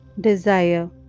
desire